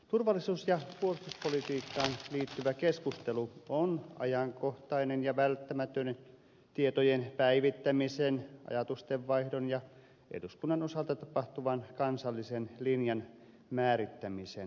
turvallisuus ja puolustuspolitiikkaan liittyvä keskustelu on ajankohtainen ja välttämätön tietojen päivittämisen ajatustenvaihdon ja eduskunnan osalta tapahtuvan kansallisen linjan määrittämisen vuoksi